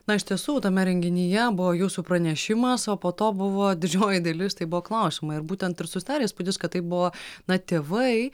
na iš tiesų tame renginyje buvo jūsų pranešimas o po to buvo didžioji dalis tai buvo klausimai ir būtent ir susidarė įspūdis kad tai buvo na tėvai